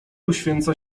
uświęca